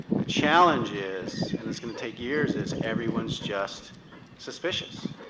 the challenge is, and it's going to take years is, everyone's just suspicious,